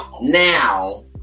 Now